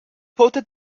pote